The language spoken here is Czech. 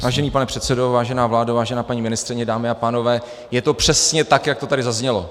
Vážený pane předsedo, vážená vládo, vážená paní ministryně, dámy a pánové, je to přesně tak, jak to tady zaznělo.